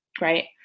right